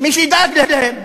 מי שידאג להם.